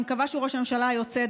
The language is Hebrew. אני מקווה שהוא ראש הממשלה היוצא,